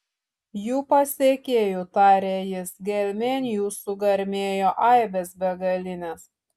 jų pasekėjų tarė jis gelmėn jų sugarmėjo aibės begalinės